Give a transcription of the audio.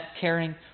caring